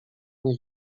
nie